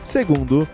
Segundo